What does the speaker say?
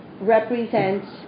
represents